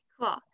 Cool